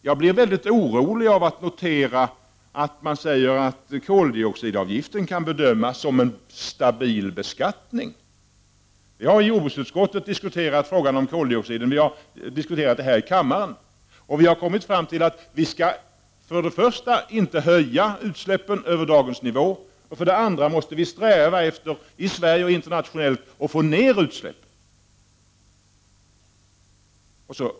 Jag blev mycket orolig av att notera att man säger att koldioxidavgiften kan bedömas som en stabil beskatt ning. Vi har i jordbruksutskottet och här i kammaren diskuterat frågan om koldioxidbeskattningen, och vi har kommit fram till att man för det första inte skall öka utsläppen över dagens nivå och för det andra måste sträva efter, både i Sverige och internationellt, att få ned utsläppen.